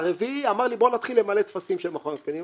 הרביעי אמר לי: בוא נתחיל למלא טפסים של מכון התקנים.